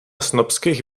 snobskejch